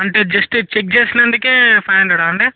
అంటే just check చేసినందుకు five hundred అండి